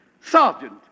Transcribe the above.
Sergeant